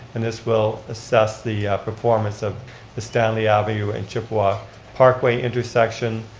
and this will assess the performance of the stanley avenue and chippawa parkway intersection,